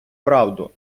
правду